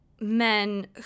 men